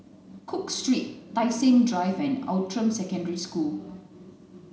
cook Street Tai Seng Drive and Outram Secondary School